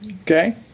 Okay